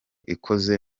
ikoze